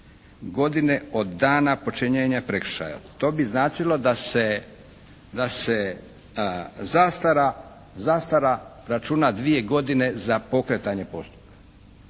godine od dana počinjenja prekršaja. To bi značilo da se zastara računa dvije godine za pokretanje postupka.